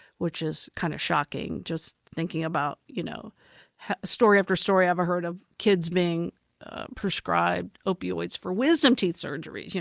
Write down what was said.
which is kind of shocking. just thinking about you know story after story i've heard of kids being prescribed opioids for wisdom teeth surgery, yeah